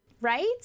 Right